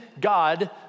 God